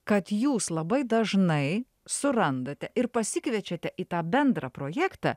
kad jūs labai dažnai surandate ir pasikviečiate į tą bendrą projektą